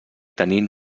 tenint